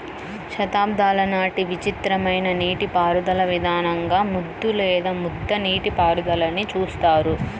శతాబ్దాల నాటి విచిత్రమైన నీటిపారుదల విధానంగా ముద్దు లేదా ముద్ద నీటిపారుదలని చూస్తారు